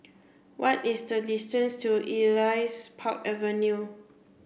what is the distance to Elias Park Avenue